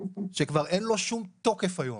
שכבר אין לו שום תוקף היום